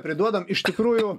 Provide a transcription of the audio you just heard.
priduodam iš tikrųjų